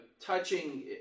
touching